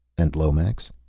and lomax?